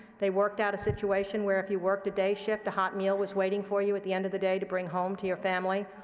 they worked out a situation where, if you worked a day shift, a hot meal was waiting for you at the end of the day to bring home to your family,